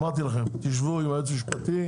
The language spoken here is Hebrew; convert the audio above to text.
אמרתי לכם תשבו עם היועץ המשפטי,